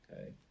Okay